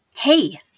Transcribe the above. Hey